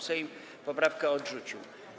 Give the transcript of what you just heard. Sejm poprawkę odrzucił.